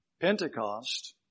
Pentecost